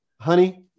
honey